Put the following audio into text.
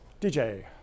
DJ